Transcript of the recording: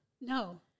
No